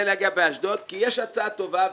זה באשדוד, כי יש הצעה טובה.